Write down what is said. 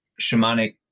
shamanic